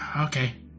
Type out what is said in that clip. Okay